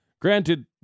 granted